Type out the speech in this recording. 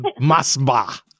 Masba